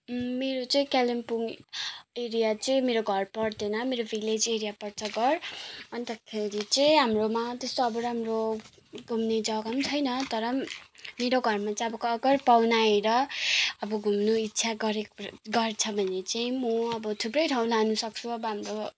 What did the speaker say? मेरो चाहिँ कालिम्पोङ एरिया चाहिँ मेरो घर पर्दैन मेरो भिलेज एरिया पर्छ घर अन्तखेरि चाहिँ हाम्रोमा त्यस्तो अब राम्रो घुम्ने जग्गा पनि छैन तर पनि मेरो घरमा चाहिँ अब अगर पाहुना आएर अब घुम्नु इच्छा गरे गर्छ भने चाहिँ म अब थुप्रै ठाउँ लानुसक्छु अब हाम्रो